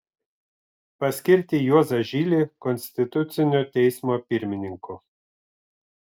paskirti juozą žilį konstitucinio teismo pirmininku